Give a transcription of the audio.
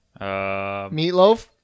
Meatloaf